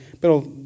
Pero